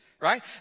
Right